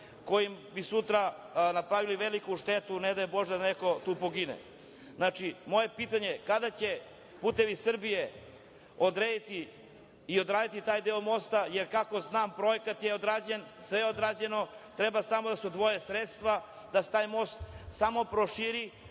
koje bi sutra napravili veliku štetu, ne daj Bože da neko tu pogine. Znači, moje pitanje je kada će „Putevi Srbije“ odrediti i odraditi taj deo mosta jer kako znam projekat je odrađen, sve je odrađeno treba samo da se odvoje sredstva da se taj most samo proširi,